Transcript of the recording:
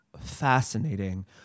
fascinating